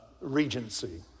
regency